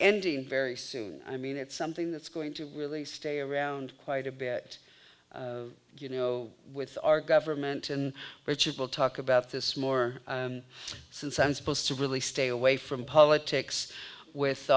ending very soon i mean it's something that's going to really stay around quite a bit you know with our government and richard will talk about this more since i'm supposed to really stay away from politics with